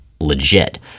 Legit